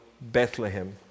Bethlehem